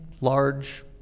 large